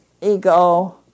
ego